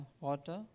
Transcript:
water